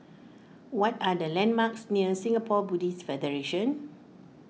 what are the landmarks near Singapore Buddhist Federation